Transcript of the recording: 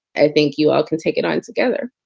i think you can take it on together.